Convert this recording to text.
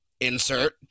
Insert